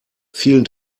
vielen